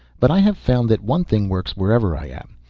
but i have found that one thing works wherever i am.